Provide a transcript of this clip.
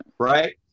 right